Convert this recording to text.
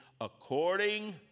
according